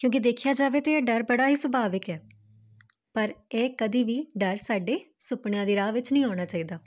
ਕਿਉਂਕਿ ਦੇਖਿਆ ਜਾਵੇ ਤਾਂ ਇਹ ਡਰ ਬੜਾ ਹੀ ਸੁਭਾਵਿਕ ਹੈ ਪਰ ਇਹ ਕਦੀ ਵੀ ਡਰ ਸਾਡੇ ਸੁਪਨਿਆਂ ਦੇ ਰਾਹ ਵਿੱਚ ਨਹੀਂ ਆਉਣਾ ਚਾਹੀਦਾ